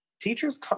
teachers